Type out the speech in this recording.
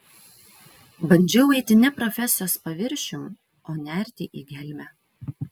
bandžiau eiti ne profesijos paviršium o nerti į gelmę